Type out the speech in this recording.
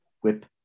whip